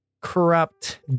corrupt